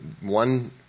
one